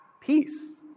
peace